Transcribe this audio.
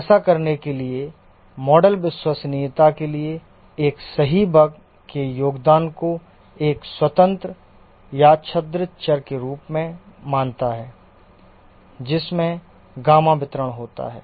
ऐसा करने के लिए मॉडल विश्वसनीयता के लिए एक सही बग के योगदान को एक स्वतंत्र यादृच्छिक चर के रूप में मानता है जिसमें गामा वितरण होता है